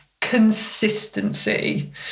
consistency